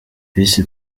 visi